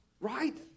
right